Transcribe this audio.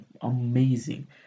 amazing